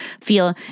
feel